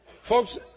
Folks